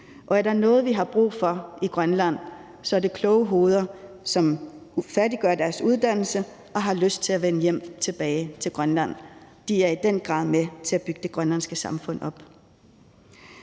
Og er der noget, vi har brug for i Grønland, er det kloge hoveder – unge mennesker, der færdiggør deres uddannelse og har lyst til at vende hjem til Grønland. De er i den grad med til at bygge det grønlandske samfund op.